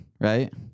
right